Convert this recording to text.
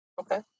Okay